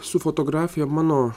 su fotografija mano